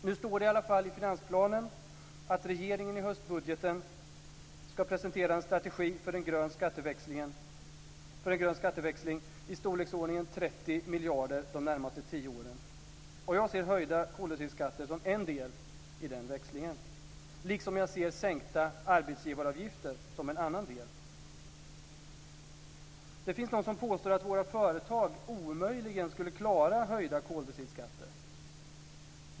Nu står det i alla fall i finansplanen att regeringen i höstbudgeten ska presentera en strategi för en grön skatteväxling i storleksordningen 30 miljarder kronor de närmaste tio åren. Jag ser höjda koldioxidskatter som en del i den växlingen, liksom jag ser sänkta arbetsgivaravgifter som en annan del. Det finns de som påstår att våra företag omöjligen skulle klara höjda koldioxidskatter.